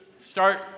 start